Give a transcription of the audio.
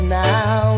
now